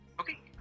Okay